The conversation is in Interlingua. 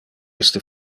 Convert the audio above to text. iste